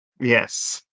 Yes